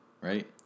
right